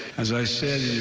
as i said